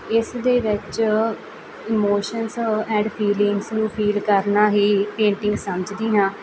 ਇਸ ਦੇ ਵਿੱਚ ਇਮੋਸ਼ਨਸ ਐਂਡ ਫੀਲਿੰਗਸ ਨੂੰ ਫੀਲ ਕਰਨਾ ਹੀ ਪੇਂਟਿੰਗ ਸਮਝਦੀ ਹਾਂ